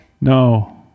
No